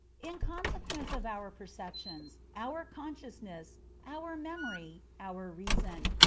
in consequence of our perceptions, our consciousness, our memory, our reason,